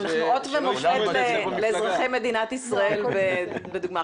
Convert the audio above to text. אנחנו אות ומופת לאזרחי מדינת ישראל בדוגמה.